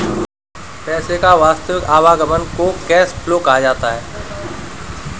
पैसे का वास्तविक आवागमन को कैश फ्लो कहा जाता है